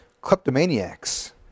Kleptomaniacs